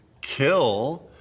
kill